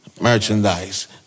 merchandise